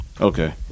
Okay